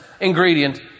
ingredient